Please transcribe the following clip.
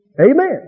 Amen